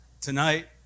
tonight